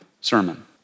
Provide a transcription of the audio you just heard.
sermon